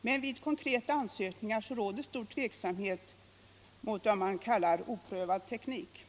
När det gäller konkreta ansökningar råder stor tveksamhet om lån skall utgå för vad man kallar oprövad teknik.